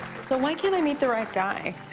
so why can't i meet the right guy?